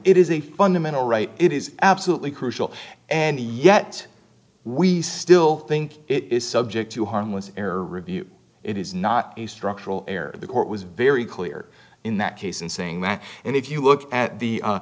it is a fundamental right it is absolutely crucial and yet we still think it is subject to harmless error review it is not a structural error the court was very clear in that case in saying that and if you look at the